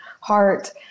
heart